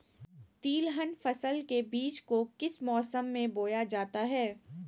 तिलहन फसल के बीज को किस मौसम में बोया जाता है?